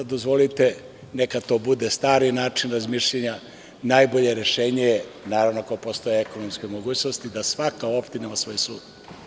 Dozvolite, neka to bude stari način razmišljanja, najbolje rešenje je, naravno, ako postoje ekonomske mogućnosti, da svaka opština ima svoj sud.